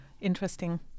interesting